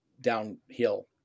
downhill